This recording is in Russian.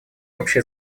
общей